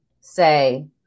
say